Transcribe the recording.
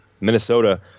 Minnesota –